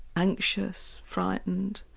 anxious, frightened.